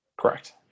Correct